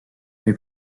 may